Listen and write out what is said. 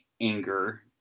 anger